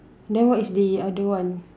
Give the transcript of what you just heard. then what is the other one